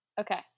Okay